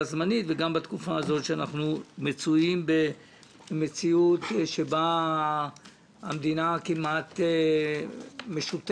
זמנית וגם בתקופה הזו שאנחנו מצויים במציאות שבה המדינה כמעט משותקת,